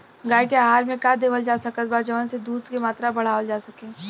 गाय के आहार मे का देवल जा सकत बा जवन से दूध के मात्रा बढ़ावल जा सके?